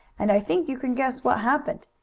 and i think you can guess what happened.